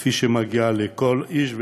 כפי שמגיע לכל איש,